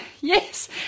Yes